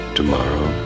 tomorrow